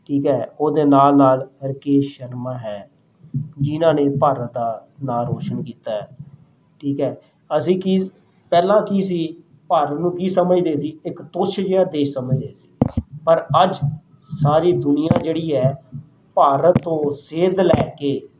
ਠੀਕ ਹੈ ਉਹਦੇ ਨਾਲ ਨਾਲ ਰਕੇਸ਼ ਸ਼ਰਮਾ ਹੈ ਜਿਨ੍ਹਾਂ ਨੇ ਭਾਰਤ ਦਾ ਨਾਂ ਰੋਸ਼ਨ ਕੀਤਾ ਹੈ ਠੀਕ ਹੈ ਅਸੀਂ ਕੀ ਪਹਿਲਾਂ ਕੀ ਸੀ ਭਾਰਤ ਨੂੰ ਕੀ ਸਮਝਦੇ ਸੀ ਇੱਕ ਤੁਛ ਜਿਹਾ ਦੇਸ਼ ਸਮਝਦੇ ਸੀ ਪਰ ਅੱਜ ਸਾਰੀ ਦੁਨੀਆ ਜਿਹੜੀ ਹੈ ਭਾਰਤ ਤੋਂ ਸੇਧ ਲੈ ਕੇ